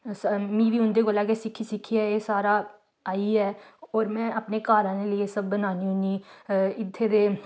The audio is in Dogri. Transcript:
मीं बी उं'दे कोला गै सिक्खी सिक्खियै एह् सारा आई गेआ ऐ होर में अपने घर आह्लें लेई एह् सब्ब बन्नानी होन्नी इत्थै दे